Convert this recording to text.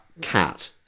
cat